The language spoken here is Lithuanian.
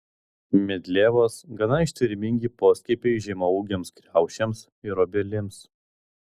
medlievos gana ištvermingi poskiepiai žemaūgėms kriaušėms ir obelims